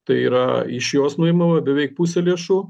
tai yra iš jos nuimama beveik pusė lėšų